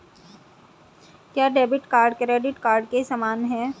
क्या debit card credit card के समान है?